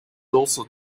also